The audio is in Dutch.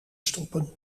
stoppen